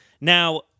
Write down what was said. Now